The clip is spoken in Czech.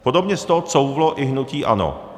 Podobně z toho couvlo i hnutí ANO.